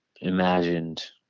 imagined